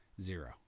Zero